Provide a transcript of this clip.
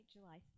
July